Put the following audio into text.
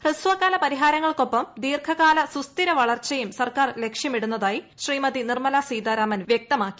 ഹ്രസ്വകാല പരിഹാരങ്ങൾക്കൊപ്പം ദീർഘകാല സുസ്ഥിര വളർച്ചയും സർക്കാർ ലക്ഷ്യമിടുന്നതായി ശ്രീമതി നിർമ്മല സീതാരാമൻ വ്യക്തമാക്കി